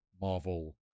marvel